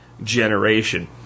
Generation